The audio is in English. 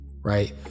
right